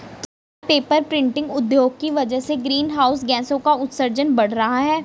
क्या paper printing उद्योग की वजह से ग्रीन हाउस गैसों का उत्सर्जन बढ़ रहा है?